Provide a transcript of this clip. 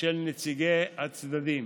של נציגי הצדדים.